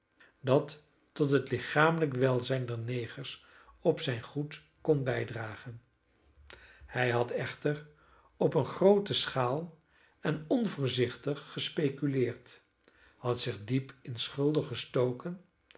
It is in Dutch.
dat tot het lichamelijk welzijn der negers op zijn goed kon bijdragen hij had echter op eene groote schaal en onvoorzichtig gespeculeerd had zich diep in schulden gestoken